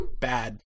bad